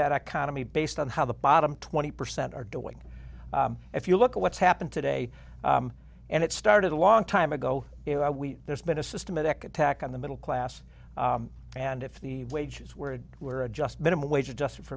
that economy based on how the bottom twenty percent are doing if you look at what's happened today and it started a long time ago if there's been a systematic attack on the middle class and if the wages were were a just minimum wage adjusted for